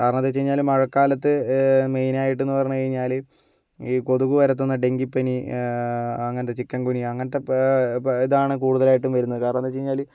കാരണമെന്തെന്ന് വച്ച്കഴിഞ്ഞാല് മഴക്കാലത്ത് മെയിനായിട്ടെന്ന് പറഞ്ഞ്കഴിഞ്ഞാല് ഈ കൊതുക് പരത്തുന്ന ഡെങ്കിപ്പനി അങ്ങനത്തെ ചിക്കൻഗുനിയാ അങ്ങനത്തെ ഇതാണ് കൂടുതലായിട്ടും വരുന്നത് കാരണമെന്ന് വച്ച് കഴിഞ്ഞാല്